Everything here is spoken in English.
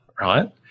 right